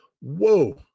whoa